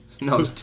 No